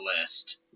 list